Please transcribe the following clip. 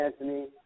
Anthony